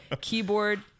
keyboard